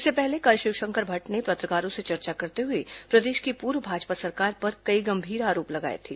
इससे पहले कल शिवशंकर भट्ट ने पत्रकारों से चर्चा करते हुए प्रदेश की पूर्व भाजपा सरकार पर कई गंभीर आरोप लगाए थे